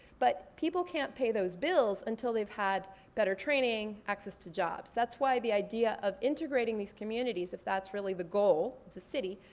but people can't pay those bills until they've had better training, access to jobs. that's why the idea of integrating these communities, if that's really the goal of the city,